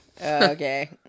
Okay